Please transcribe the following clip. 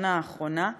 בשנה האחרונה,